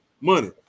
money